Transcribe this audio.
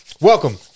welcome